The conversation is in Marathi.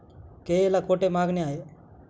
केळीला कोठे मागणी आहे?